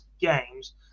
games